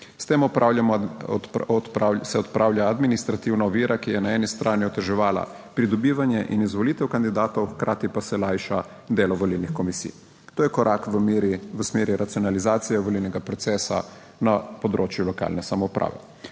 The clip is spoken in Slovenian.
S tem se odpravlja administrativna ovira, ki je na eni strani oteževala pridobivanje in izvolitev kandidatov, hkrati pa se lajša delo volilnih komisij. To je korak v smeri racionalizacije volilnega procesa na področju lokalne samouprave.